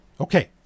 Okay